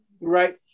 Right